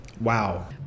Wow